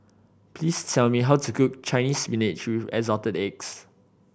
please tell me how to cook Chinese Spinach with Assorted Eggs